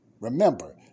Remember